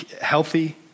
healthy